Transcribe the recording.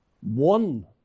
one